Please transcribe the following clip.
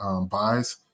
buys